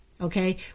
okay